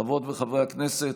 חברות וחברי הכנסת,